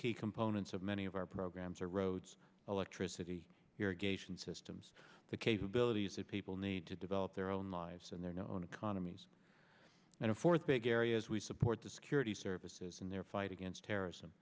key components of many of our programs are roads electricity irrigation systems the capabilities that people need to develop their own lives and their own economies and fourth big areas we support the security services in their fight against terrorism